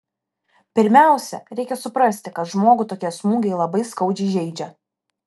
pirmiausia reikia suprasti kad žmogų tokie smūgiai labai skaudžiai žeidžia